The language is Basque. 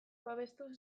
babestu